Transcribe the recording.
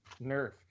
nerf